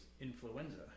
influenza